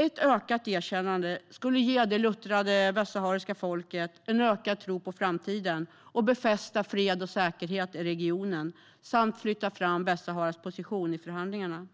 Ett erkännande skulle ge det luttrade västsahariska folket en ökad tro på framtiden och befästa fred och säkerhet i regionen. Det skulle också flytta fram Västsaharas position i förhandlingarna.